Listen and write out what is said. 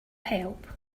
help